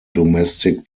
domestic